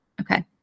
okay